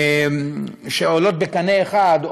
שעולות בקנה אחד,